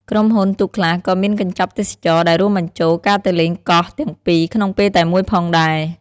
ក្រុមហ៊ុនទូកខ្លះក៏មានកញ្ចប់ទេសចរណ៍ដែលរួមបញ្ចូលការទៅលេងកោះទាំងពីរក្នុងពេលតែមួយផងដែរ។